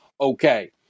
Okay